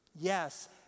Yes